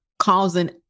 causing